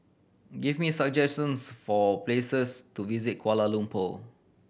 give me some suggestions for places to visit Kuala Lumpur